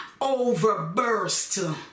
overburst